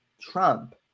Trump